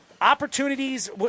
opportunities